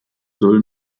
soll